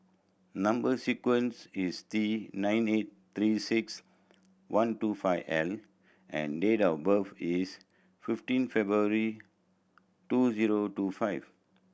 number sequence is T nine eight Three Six One two five L and date of birth is fifteen February two zero two five